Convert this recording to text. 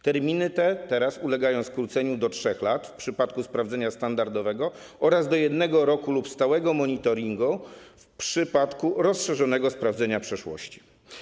Terminy te teraz ulegają skróceniu do 3 lat w przypadku sprawdzenia standardowego oraz do 1 roku lub stałego monitoringu w przypadku rozszerzonego sprawdzenia przeszłości.